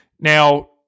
now